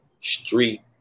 Street